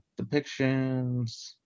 depictions